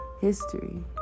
history